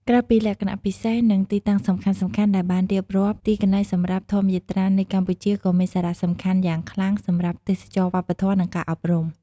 ក្រៅពីលក្ខណៈពិសេស និងទីតាំងសំខាន់ៗដែលបានរៀបរាប់ ទីកន្លែងសម្រាប់ធម្មយាត្រានៅកម្ពុជាក៏មានសារៈសំខាន់យ៉ាងខ្លាំងសម្រាប់ ទេសចរណ៍វប្បធម៌ និង ការអប់រំ។